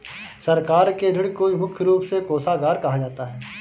सरकार के ऋण को मुख्य रूप से कोषागार कहा जाता है